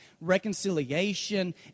reconciliation